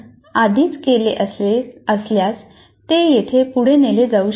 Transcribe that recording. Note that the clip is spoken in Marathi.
आपण आधीच केले असल्यास ते येथे पुढे नेले जाऊ शकतात